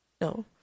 No